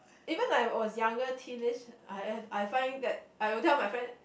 even I was younger teenage I I find that I would tell my friend